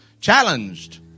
challenged